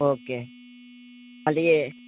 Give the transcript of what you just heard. okay అది